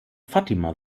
fatima